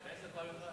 עשר פעמים ח"י.